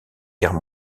guerre